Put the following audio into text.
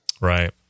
right